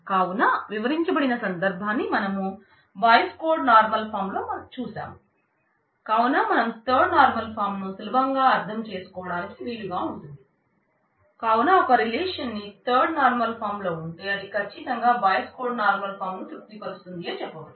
కావున వివరించవడిన సందర్భాన్ని మనం Boyce Codd normal form third normal form లో ఉంది అంటే అది కచ్చితంగా బాయిస్ కోడ్ నార్మల్ ఫాం ను తృప్తి పరుస్తుంది అని చెప్పవచ్చు